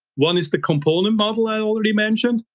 one is the component model i already mentioned,